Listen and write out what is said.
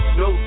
no